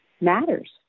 matters